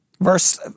Verse